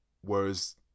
Whereas